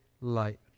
light